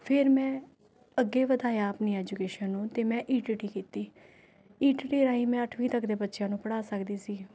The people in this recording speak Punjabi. ਫਿਰ ਮੈਂ ਅੱਗੇ ਵਧਾਇਆ ਆਪਣੀ ਐਜੂਕੇਸ਼ਨ ਨੂੰ ਅਤੇ ਮੈਂ ਈ ਟੀ ਟੀ ਕੀਤੀ ਈ ਟੀ ਟੀ ਰਾਹੀਂ ਮੈਂ ਅੱਠਵੀਂ ਤੱਕ ਦੇ ਬੱਚਿਆਂ ਨੂੰ ਪੜ੍ਹਾ ਸਕਦੀ ਸੀ